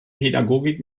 pädagogik